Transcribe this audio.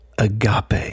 agape